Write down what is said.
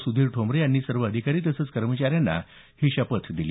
सुधीर ठोंबरे यांनी सर्व अधिकारी तसंच कर्मचाऱ्यांना ही शपथ दिली